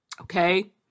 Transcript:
okay